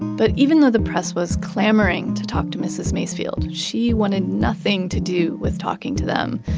but even though the press was clamoring to talk to mrs. macefield, she wanted nothing to do with talking to them.